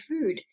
food